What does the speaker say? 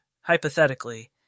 hypothetically